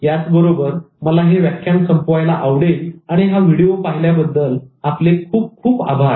याच बरोबर मला हे व्याख्यान संपवायला आवडेल आणि हा व्हिडीओ पाहिल्याबद्दल आपले खूप खूप आभार